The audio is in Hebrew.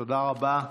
תודה רבה.